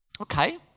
Okay